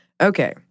Okay